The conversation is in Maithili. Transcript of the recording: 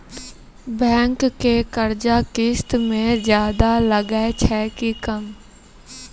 बैंक के कर्जा किस्त मे ज्यादा लागै छै कि कम?